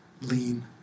lean